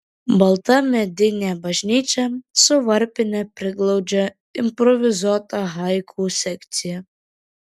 balta medinė bažnyčia su varpine priglaudžia improvizuotą haiku sekciją